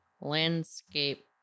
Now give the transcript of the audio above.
landscape